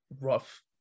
rough